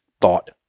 thought